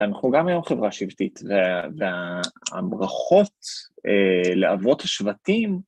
אנחנו גם היום חברה שבטית, והברכות לאבות השבטים...